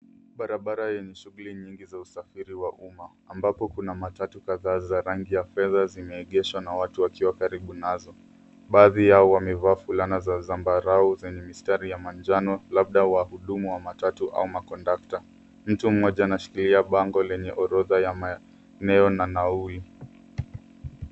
Barabara yenye shughuli nyingi za usafiri wa umma ambapo kuna matatu kadhaa za rangi ya fedha zimeegeshwa na watu wakiwa karibu nazo. Baadhi yao wamevaa fulana za zambarau zenye mistari ya manjano labda wahudumu wa matatu au makondakta. Mtu mmoja anashikilia bango lenye orodha ya maeneo na nauli.